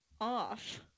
Off